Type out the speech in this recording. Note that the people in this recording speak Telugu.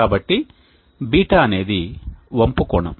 కాబట్టి β అనేది వంపు కోణం